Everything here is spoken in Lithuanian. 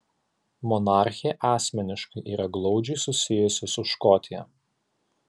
monarchė asmeniškai yra glaudžiai susijusi su škotija